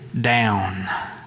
down